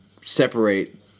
separate